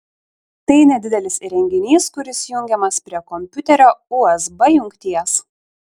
tai nedidelis įrenginys kuris jungiamas prie kompiuterio usb jungties